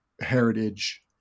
heritage